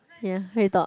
ya free talk